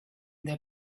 their